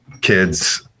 kids